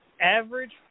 average